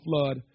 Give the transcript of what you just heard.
flood